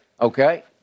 okay